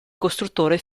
costruttore